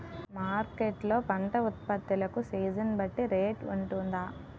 Market లొ పంట ఉత్పత్తి లకు సీజన్ బట్టి రేట్ వుంటుందా?